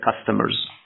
customers